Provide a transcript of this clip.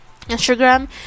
instagram